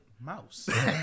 mouse